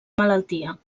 malaltia